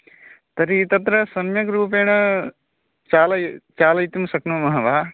तर्हि तत्र सम्यग्रूपेण चालयितुं चालयितुं शक्नुमः वा